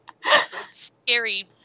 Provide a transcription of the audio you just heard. Scary